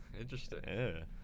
Interesting